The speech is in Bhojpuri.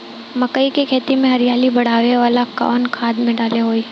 मकई के खेती में हरियाली बढ़ावेला कवन खाद डाले के होई?